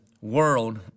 world